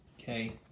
Okay